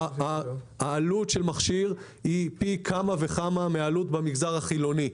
העלות של מכשיר היא פי כמה וכמה מהעלות במגזר החילוני.